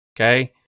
okay